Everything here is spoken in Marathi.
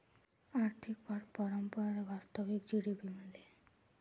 आर्थिक वाढ परंपरेने वास्तविक जी.डी.पी मध्ये आहे